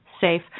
safe